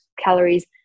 calories